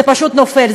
זה פשוט נופל,